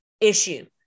issue